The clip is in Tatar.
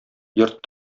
йорт